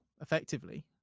Effectively